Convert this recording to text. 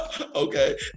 okay